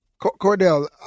Cordell